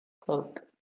cloak